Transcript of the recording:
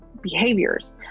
behaviors